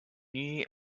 new